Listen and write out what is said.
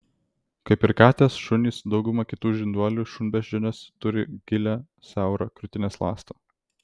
kaip ir katės šunys dauguma kitų žinduolių šunbeždžionės turi gilią siaurą krūtinės ląstą